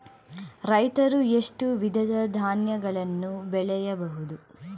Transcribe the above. ರೈತರು ಎಷ್ಟು ವಿಧದ ಧಾನ್ಯಗಳನ್ನು ಬೆಳೆಯಬಹುದು?